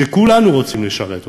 שכולנו רוצים לשרת אותן.